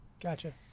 Gotcha